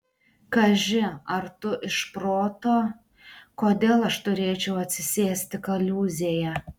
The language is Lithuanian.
kaži ar tu iš proto kodėl aš turėčiau atsisėsti kaliūzėje